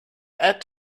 add